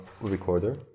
recorder